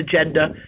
agenda